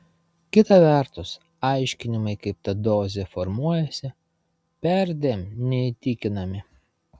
kita vertus aiškinimai kaip ta dozė formuojasi perdėm neįtikinami